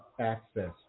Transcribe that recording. access